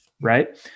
Right